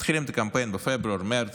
מתחילים את הקמפיין בפברואר-מרץ